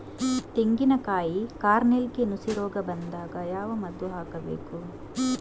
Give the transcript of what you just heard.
ತೆಂಗಿನ ಕಾಯಿ ಕಾರ್ನೆಲ್ಗೆ ನುಸಿ ರೋಗ ಬಂದಾಗ ಯಾವ ಮದ್ದು ಹಾಕಬೇಕು?